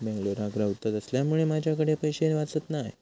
बेंगलोराक रव्हत असल्यामुळें माझ्याकडे पैशे वाचत नाय